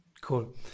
Cool